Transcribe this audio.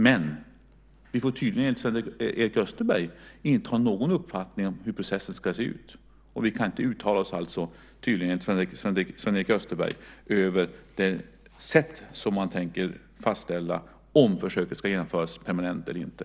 Men vi får enligt Sven-Erik Österberg tydligen inte ha någon uppfattning om hur processen ska se ut. Vi kan tydligen inte uttala oss över det sätt på vilket man tänker fastställa om försöket ska genomföras permanent eller inte.